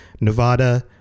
Nevada